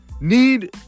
need